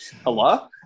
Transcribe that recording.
Hello